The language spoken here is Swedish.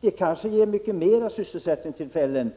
Det kanske ger mycket flera sysselsättningstillfällen